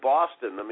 Boston